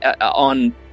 on